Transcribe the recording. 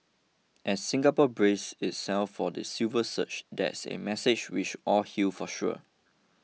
as Singapore braces itself for the silver surge that's a message we should all heal for sure